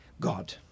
God